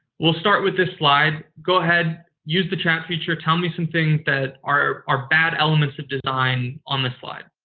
we'll start with this slide. go ahead, use the chat feature, tell me some things that are are bad elements of design on this slide.